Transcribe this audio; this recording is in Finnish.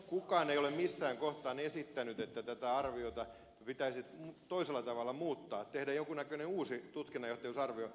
kukaan ei ole missään kohtaa esittänyt että tätä arvioita pitäisi toisella tavalla muuttaa tehdä jonkin näköinen uusi tutkinnanjohtajuusarvio